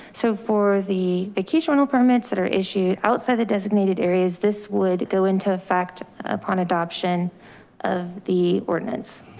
so for the occasional permits that are issued outside the designated areas, this would go into effect upon adoption of the ordinance.